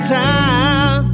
time